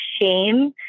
shame